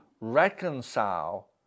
reconcile